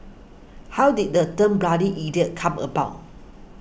how did the term bloody idiot come about